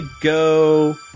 go